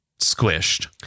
squished